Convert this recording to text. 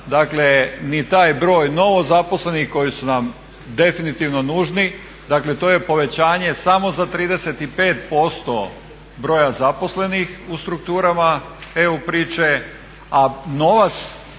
dakle ni taj broj novo zaposlenih koji su nam definitivno nužni, dakle to je povećanje samo za 35% broja zaposlenih u strukturama EU priče, a novac